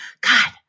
God